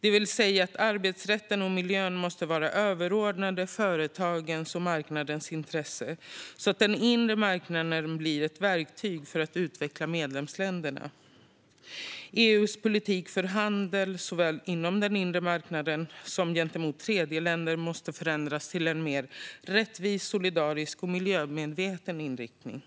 dvs. att arbetsrätten och miljön måste vara överordnade företagens och marknadens intressen så att den inre marknaden blir ett verktyg för att utveckla medlemsländerna. EU:s politik för handel såväl inom den inre marknaden som gentemot tredjeländer måste förändras i en mer rättvis, solidarisk och miljömedveten riktning.